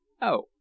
Oh